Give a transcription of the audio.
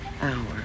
Hour